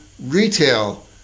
retail